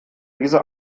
diese